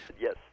Yes